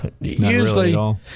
usually